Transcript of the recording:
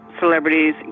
celebrities